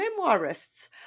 memoirists